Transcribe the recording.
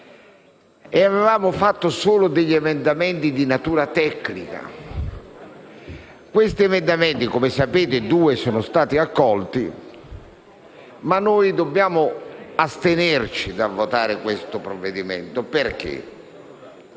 Avevamo presentato degli emendamenti solo di natura tecnica. Di questi emendamenti, come sapete, due sono stati accolti, ma noi dobbiamo astenerci dal votare questo provvedimento perché